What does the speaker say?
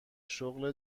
شغل